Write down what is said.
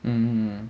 mm